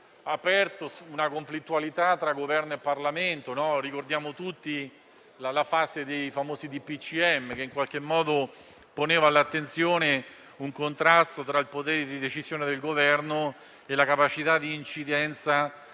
aperto una conflittualità tra Governo e Parlamento; ricordiamo tutti la fase dei famosi DPCM, che poneva all'attenzione un contrasto tra il potere decisionale del Governo e la capacità di incidenza